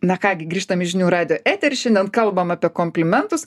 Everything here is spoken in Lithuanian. na ką gi grįžtam į žinių radijo eterį šiandien kalbam apie komplimentus